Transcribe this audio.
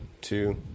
two